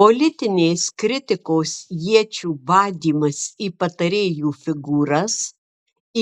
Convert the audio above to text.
politinės kritikos iečių badymas į patarėjų figūras